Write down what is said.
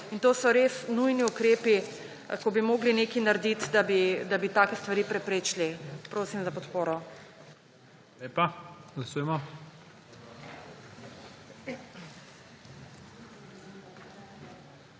in to so res nujni ukrepi, ko bi mogli nekaj narediti, da bi take stvari preprečili. Prosim za podporo. **PREDSEDNIK